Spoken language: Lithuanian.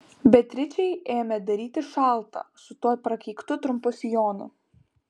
beatričei ėmė darytis šalta su tuo prakeiktu trumpu sijonu